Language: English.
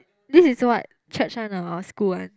this is what church one or school one